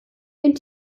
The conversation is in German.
den